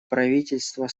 правительства